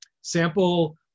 sample